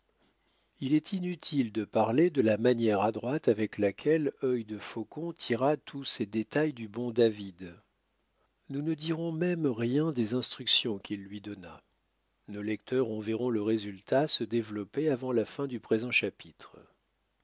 il est inutile de parler de la manière adroite avec laquelle œil de faucon tira tous ces détails du bon david nous ne dirons même rien des instructions qu'il lui donna nos lecteurs en verront le résultat se développer avant la fin du présent chapitre